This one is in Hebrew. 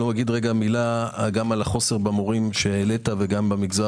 לגבי החוסר במורים שהעלית והמגזר